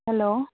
hello